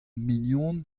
mignon